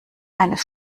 eines